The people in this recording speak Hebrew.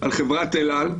על חברת אל על.